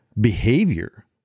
behavior